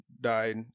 died